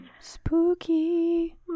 spooky